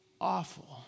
awful